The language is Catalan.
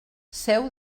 seu